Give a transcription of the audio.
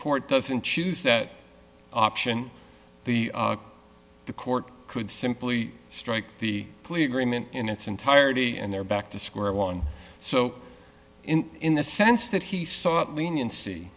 court doesn't choose that option the the court could simply strike the plea agreement in its entirety and they're back to square one so in the sense that he sought leniency